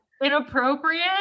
inappropriate